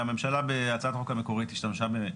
שאנחנו רואים פה עכשיו והוקראו חלק מהם,